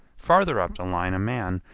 farther up the line a man,